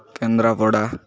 Kendrapara